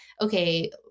okay